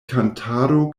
kantado